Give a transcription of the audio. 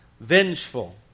vengeful